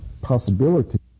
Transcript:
possibility